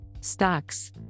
Stocks